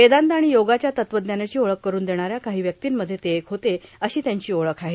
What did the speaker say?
वेदान्त आणि योगाच्या तत्वज्ञानाची ओळख करून देणाऱ्या काही व्यक्तींमध्ये ते एक होते अशी त्यांची ओळख आहे